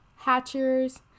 Hatchers